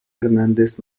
hernández